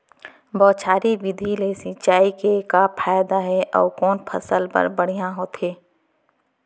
बौछारी विधि ले सिंचाई के का फायदा हे अऊ कोन फसल बर बढ़िया होथे?